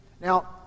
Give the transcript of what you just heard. Now